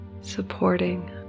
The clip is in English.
supporting